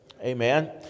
Amen